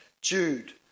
Jude